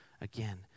again